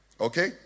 Okay